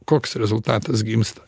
koks rezultatas gimsta